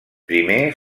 primer